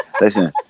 Listen